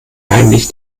heimlich